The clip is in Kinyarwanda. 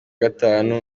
gatanu